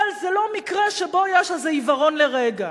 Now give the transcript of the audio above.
אבל זה לא מקרה שבו יש איזה עיוורון לרגע.